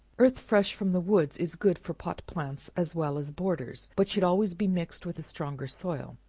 earth fresh from the woods is good for pot-plants as well as borders, but should always be mixed with a stronger soil.